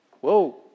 whoa